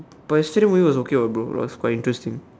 but yesterday movie was okay what bro it was quite interesting